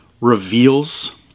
reveals